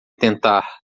tentar